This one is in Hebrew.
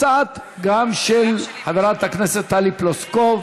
גם של חברת הכנסת טלי פלוסקוב,